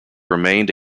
remained